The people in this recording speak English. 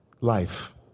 life